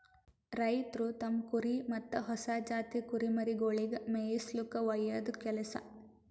ರೈತ್ರು ತಮ್ಮ್ ಕುರಿ ಮತ್ತ್ ಹೊಸ ಜಾತಿ ಕುರಿಮರಿಗೊಳಿಗ್ ಮೇಯಿಸುಲ್ಕ ಒಯ್ಯದು ಕೆಲಸ